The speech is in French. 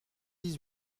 dix